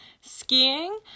skiing